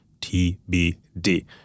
TBD